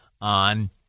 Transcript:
on